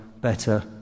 better